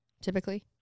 Typically